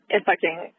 affecting